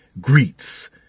greets